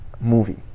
movie